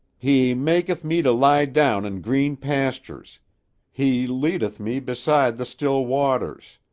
he maketh me to lie down in green pastures he leadeth me beside the still waters.